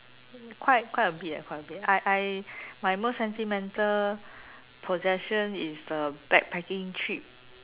quite quite a bit leh quite a bit I I my most sentimental possession is the backpacking trip